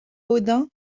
odin